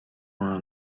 una